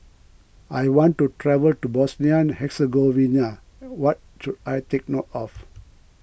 I want to travel to Bosnia Herzegovina what should I take note of